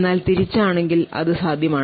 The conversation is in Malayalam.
എന്നാൽ തിരിച്ചാണെങ്കിൽ ഇത് സാധ്യമാണ്